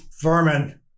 vermin